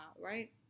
right